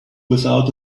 without